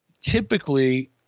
typically